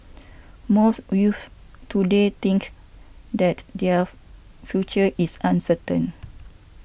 most youths to day think that their future is uncertain